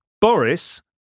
Boris